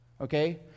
okay